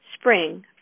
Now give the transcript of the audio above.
spring